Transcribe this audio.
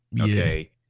Okay